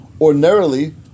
ordinarily